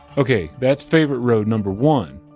okay, that's favorite road number one.